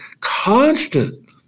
constant